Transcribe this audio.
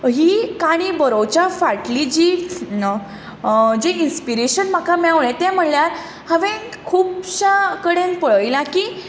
ही काणी बरोवच्या फाटली जी इनस्पिरेशन म्हाका मेळ्ळें तें म्हणल्यार हांवें खुबशा कडेन पळयलां की